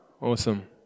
Awesome